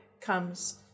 comes